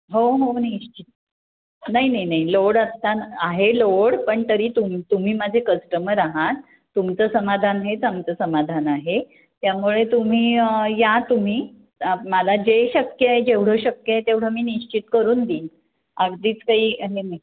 हो हो निश्चित नाही नाही नाही लोड असताना आहे लोड पण तरी तुम तुम्ही माझे कस्टमर आहात तुमचं समाधान हेच आमचं समाधान आहे त्यामुळे तुम्ही या तुम्ही मला जे शक्य आहे जेवढं शक्य आहे तेवढं मी निश्चित करून देईन अगदीच काही हे नाही